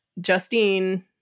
justine